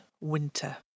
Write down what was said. winter